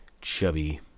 chubby